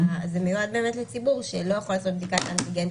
זה מיועד לציבור שלא יכול לעשות בדיקת אנטיגן,